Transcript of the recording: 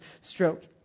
stroke